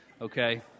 okay